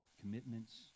commitments